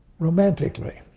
romantically.